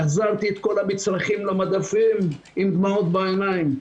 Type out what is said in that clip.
החזרתי את כל המוצרים למדפים עם דמעות בעיניים.